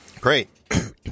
Great